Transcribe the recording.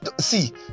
see